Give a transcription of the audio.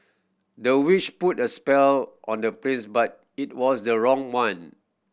the witch put a spell on the prince but it was the wrong one